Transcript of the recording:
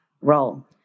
role